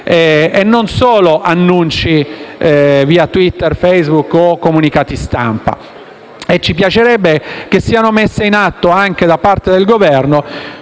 e non solo annunci via Twitter, Facebook o comunicati stampa. Ci piacerebbe che siano messi in atto da parte del Governo